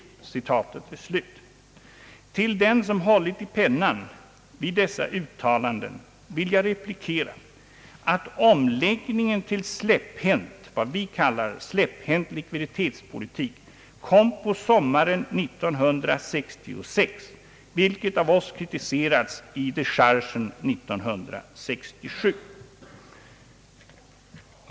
Till den som hållit i pennan vid detta uttalande vill jag replikera att omläggningen till vad vi kallar släpphänt likviditetspolitik kom på sommaren 1966, vilket av oss kritiserats i dechargen år 1967.